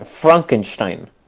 Frankenstein